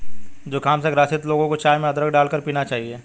जुखाम से ग्रसित लोगों को चाय में अदरक डालकर पीना चाहिए